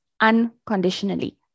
unconditionally